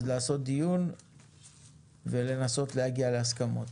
אז לעשות דיון ולנסות להגיע להסכמות.